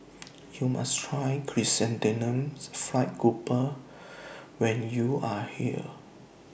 YOU must Try Chrysanthemum Fried Grouper when YOU Are here